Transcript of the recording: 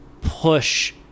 push